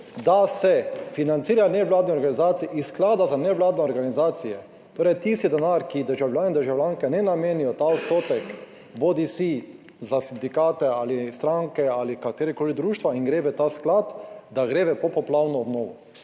da se financirajo nevladne organizacije iz sklada za nevladne organizacije. Torej, tisti denar, ki državljani in državljanke ne namenijo ta odstotek bodisi za sindikate ali stranke ali katerakoli društva in gre v ta sklad, da gre v popoplavno obnovo.